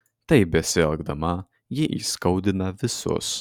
taip besielgdama ji įskaudina visus